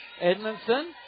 Edmondson